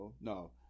No